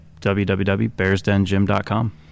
www.bearsdengym.com